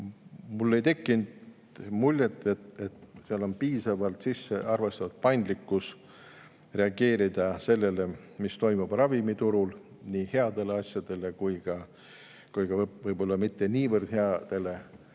Mul ei tekkinud muljet, et seal on piisavalt arvestatud paindlikkusega reageerimisel sellele, mis toimub ravimiturul, nii headele asjadele kui ka võib-olla mitte niivõrd headele.